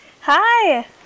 Hi